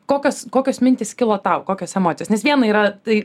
kokias kokios mintys kilo tau kokios emocijos nes viena yra tai